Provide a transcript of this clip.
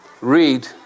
read